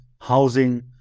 housing